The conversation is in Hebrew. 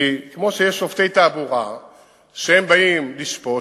כי כמו שיש שופטי תעבורה שכשהם באים לשפוט,